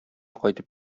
кайтып